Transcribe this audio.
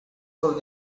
con